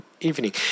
evening